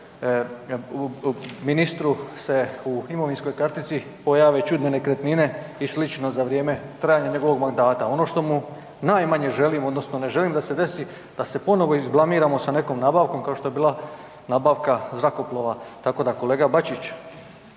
ministru se u imovinskoj kartici pojave čudne nekretnine i sl. za vrijeme trajanja njegovog mandata. Ono što mu najmanje želim odnosno ne želim da se desi, da se ponovo izblamiramo sa nekom nabavkom, kao što je bila nabavka zrakoplova, tako da kolega Bačić,